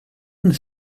n’est